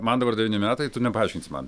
man dabar devyni metai tu nepaaiškins man